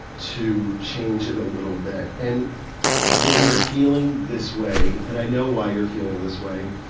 to change it a little bit. and when you're feeling this way, and i know why you're feeling this way,